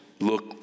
look